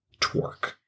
Twerk